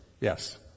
yes